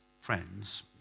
friends